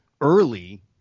early